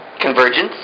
Convergence